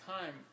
time